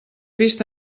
vist